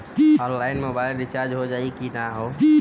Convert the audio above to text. Online mobile recharge हो जाई की ना हो?